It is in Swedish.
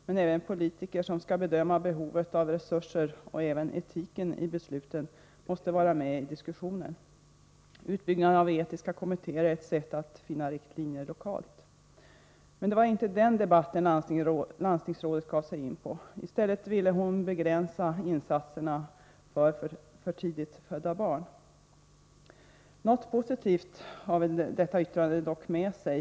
Men även politikerna, som skall bedöma behovet av resurserna och även etiken i besluten, måste vara med i diskussionen. Utbyggnaden när det gäller etiska kommittéer är ett sätt att finna riktlinjer lokalt. Men det var inte den debatten som landstingsrådet i fråga gav sig in på. I stället ville hon begränsa insatserna för för tidigt födda barn. Men något positivt har väl detta yttrande fört med sig.